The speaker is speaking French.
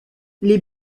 les